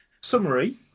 summary